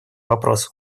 вопросу